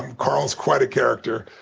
carl is quite a character.